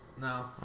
No